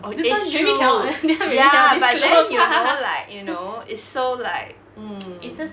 oh it's true ya but then you know like you know it's so like mm